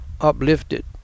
uplifted